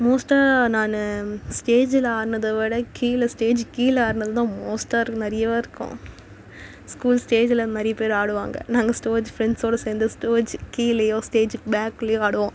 மோஸ்ட்டாக நான் ஸ்டேஜில் ஆடுனத விட கீழே ஸ்டேஜிக்கு கீழே ஆடுனது தான் மோஸ்ட்டாக நிறையவா இருக்கும் ஸ்கூல் ஸ்டேஜில் நிறைய பேர் ஆடுவாங்கள் நாங்கள் ஸ்டோஜ் ஃப்ரெண்ட்ஸோட சேர்ந்து ஸ்டோஜ் கீழயோ ஸ்டேஜிக்கு பேக்லையோ ஆடுவோம்